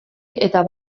eta